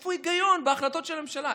איפה ההיגיון בהחלטות של הממשלה?